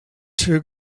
two